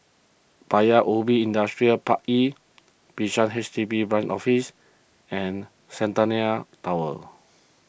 Paya Ubi Industrial Park E Bishan H D B Branch Office and Centennial Tower